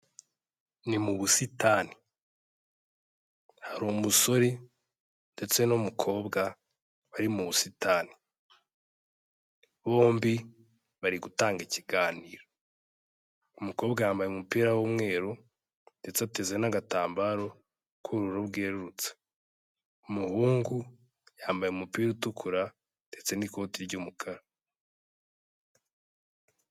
Ni mu busitani. Hari umusore ndetse n'umukobwa bari mu busitani. Bombi bari gutanga ikiganiro, umukobwa yambaye umupira w'umweru ndetse ateze n'agatambaro k'ubururu bwerurutse. Umuhungu yambaye umupira utukura ndetse n'ikote ry'umukara.